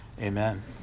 Amen